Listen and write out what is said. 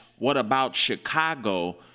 whataboutchicago